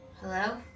Hello